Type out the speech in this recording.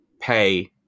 pay